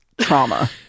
trauma